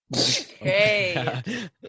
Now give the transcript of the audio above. Okay